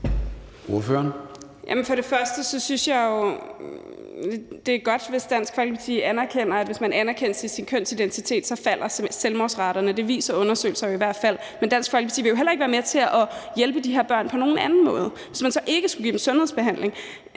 Carøe (SF): Først og fremmest synes jeg, det er godt, hvis Dansk Folkeparti anerkender, at hvis man anerkendes i sin kønsidentitet, så falder selvmordsraterne. Det viser undersøgelser i hvert fald. Men Dansk Folkeparti vil jo heller ikke være med til at hjælpe de her børn på nogen anden måde, hvis man så ikke skulle give dem sundhedsbehandling.